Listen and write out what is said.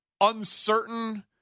uncertain